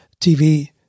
TV